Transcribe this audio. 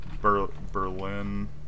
Berlin